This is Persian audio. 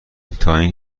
تااین